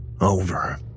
Over